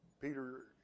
Peter